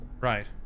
right